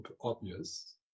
obvious